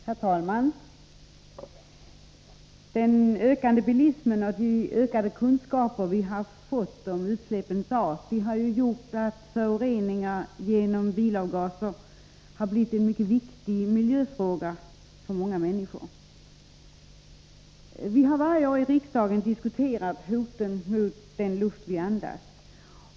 Herr talman! Den ökande bilismen och våra ökade kunskaper om utsläppens art har gjort att föroreningarna genom bilavgaser har blivit en mycket viktig miljöfråga. Vi har varje år i riksdagen diskuterat hoten mot den luft vi andas.